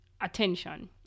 attention